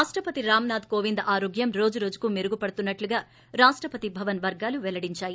రాష్టపతి రామ్ నాథ్ కోవింద్ ఆరోగ్యం రోజు రోజుకు మెరుగు పడుతున్నట్టు రాష్టపతి భవన్ వర్గాలు పెల్లడిందాయి